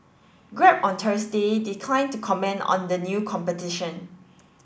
grab on Thursday declined to comment on the new competition